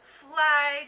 fly